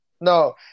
No